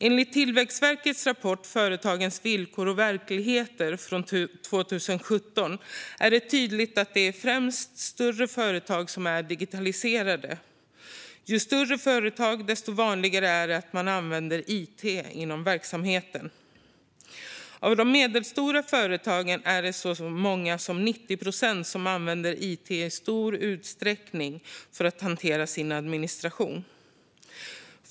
Enligt Tillväxtverkets rapport Företagens villkor och verklighet 2017 är det tydligt att det främst är större företag som är digitaliserade. Ju större företag, desto vanligare är det att man använder it i verksamheten. Av de medelstora företagen är det så många som 90 procent som använder it i stor utsträckning för att hantera sin administration.